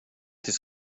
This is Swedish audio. till